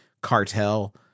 cartel